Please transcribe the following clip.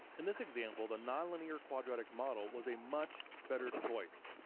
in this example, the nonlinear quadratic model was a much better choice.